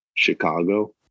Chicago